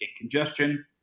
congestion